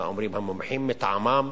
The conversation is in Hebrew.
מה אומרים המומחים מטעמם.